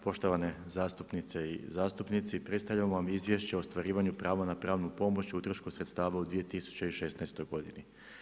Poštovane zastupnice i zastupnici, predstavljam vam izvješće o ostvarivanju prava na pravnu pomoć i utrošku sredstava u 2016. godini.